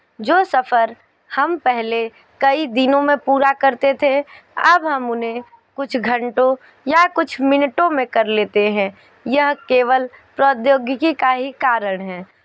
जो सफ़र हम पहले कई दिनों में पूरा करते थे अब हम उन्हें कुछ घंटो या कुछ मिनटों में कर लेते हैं यह केवल प्रौद्योगिकी का ही कारण है